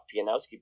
Pianowski